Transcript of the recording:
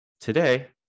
Today